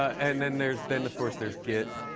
and then there's then, of course, there's git.